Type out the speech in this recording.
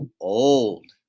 old